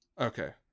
okay